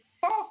false